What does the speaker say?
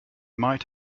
might